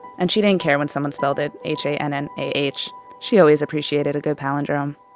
and she didn't care when someone spelled it h a n n a h. she always appreciated a good palindrome